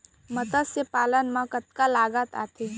मतस्य पालन मा कतका लागत आथे?